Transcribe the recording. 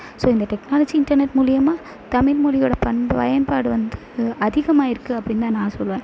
so இந்த technology internet மூலிமா தமிழ்மொழியோட பண்பு பயன்பாடு வந்து அதிகமாகயிருக்கு அப்படின் தான் நான் சொல்வேன்